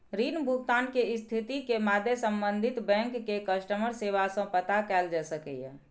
ऋण भुगतान के स्थिति के मादे संबंधित बैंक के कस्टमर सेवा सं पता कैल जा सकैए